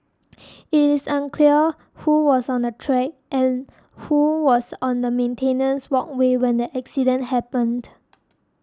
it is unclear who was on the track and who was on the maintenance walkway when the accident happened